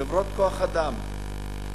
חברות כוח-אדם.